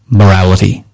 morality